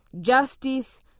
justice